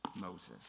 Moses